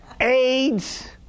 AIDS